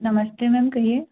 नमस्ते मैम कहिए